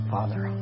Father